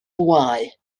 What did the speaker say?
bwâu